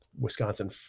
Wisconsin